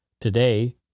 Today